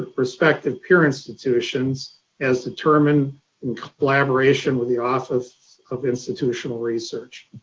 ah respective peer institutions as determined in collaboration with the office of institutional research.